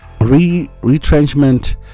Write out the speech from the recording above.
retrenchment